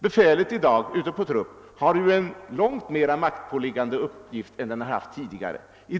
Befälet ute på trupp har i dag en långt mer maktpåliggande uppgift än förr i tiden.